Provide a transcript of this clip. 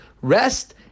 rest